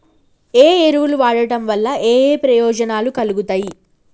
ఏ ఎరువులు వాడటం వల్ల ఏయే ప్రయోజనాలు కలుగుతయి?